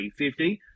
350